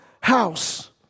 house